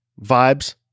vibes